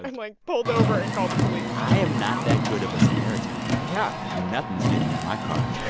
like pulled over and called the police i am not that good of a samaritan yeah nothing's getting in my car.